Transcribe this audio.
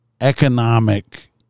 economic